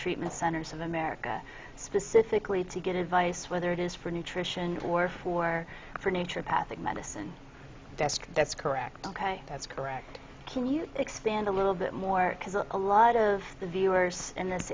treatment centers of america specifically to get advice whether it is for nutrition or for furniture apathic medicine desk that's correct ok that's correct can you expand a little bit more because a lot of the viewers in this